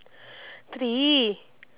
three